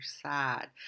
sad